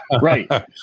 Right